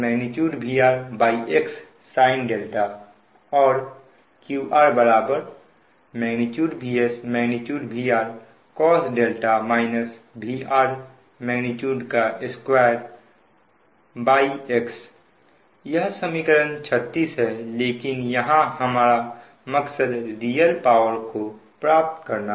x sin and QR VSVRcos δ VR2 x यह समीकरण 36 है लेकिन यहां हमारा मकसद रियल पावर को प्राप्त करना